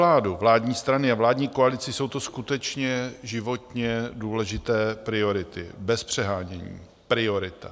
Pro vládu, vládní strany a vládní koalici jsou to skutečně životně důležité priority, bez přehánění priorita.